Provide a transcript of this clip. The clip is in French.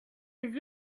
les